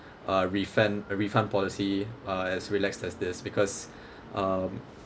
a refund a refund policy uh as relaxed as this because um